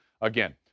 again